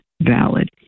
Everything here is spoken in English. valid